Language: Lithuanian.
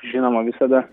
žinoma visada